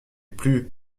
plus